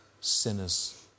sinners